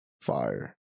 Fire